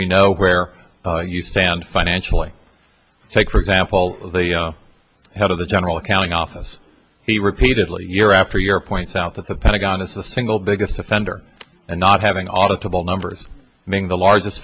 we know where you stand financially take for example the head of the general accounting office he repeatedly year after year points out that the pentagon is the single biggest offender and not having autoblog numbers being the largest